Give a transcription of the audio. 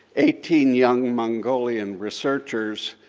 eighteen young mongolian researchers,